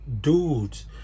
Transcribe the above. dudes